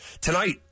Tonight